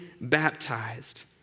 baptized